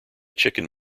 chicken